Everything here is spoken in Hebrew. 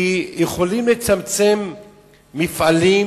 כי יכולים לצמצם מפעלים